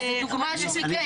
לא, זה מקרה, זה דוגמה של מקרה.